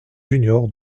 juniors